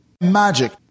Magic